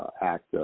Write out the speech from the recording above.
act